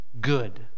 good